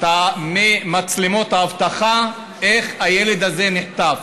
את מצלמות האבטחה, איך הילד הזה נחטף.